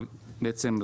בעצם,